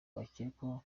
bakekwaho